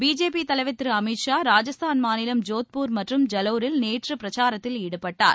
BJP தலைவர் திரு அமித் ஷா ராஜஸ்தான் மாநிலம் ஜோத்பூர் மற்றும் ஜலோரில் நேற்று பிரச்சாரத்தில் ஈடுபட்டார்